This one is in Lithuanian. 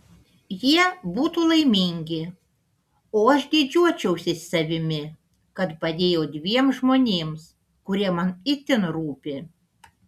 jie būtų laimingi o aš didžiuočiausi savimi kad padėjau dviem žmonėms kurie man itin rūpi